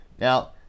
Now